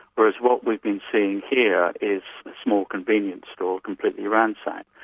whereas what we've been seeing here is a small convenience store completely ransacked.